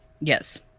Yes